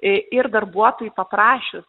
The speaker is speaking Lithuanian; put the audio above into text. ir darbuotojui paprašius